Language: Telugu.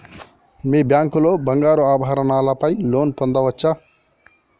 మీ బ్యాంక్ లో బంగారు ఆభరణాల పై లోన్ పొందచ్చా?